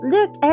Look